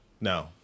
No